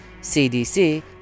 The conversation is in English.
CDC